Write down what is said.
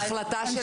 החלטה של מי זה?